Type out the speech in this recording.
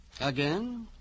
Again